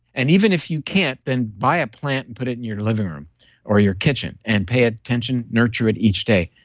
and even if you can't, then buy a plant and put it in your living room or your kitchen and pay attention nurture it each day.